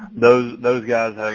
those those guys,